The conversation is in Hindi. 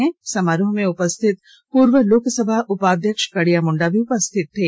इस समारोह में उपस्थित पूर्व लोकसभा उपाध्यक्ष कड़िया मुंडा भी उपस्थित थे